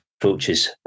approaches